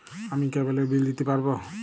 আমি কেবলের বিল দিতে পারবো?